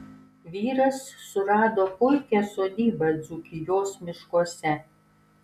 vyras surado puikią sodybą dzūkijos miškuose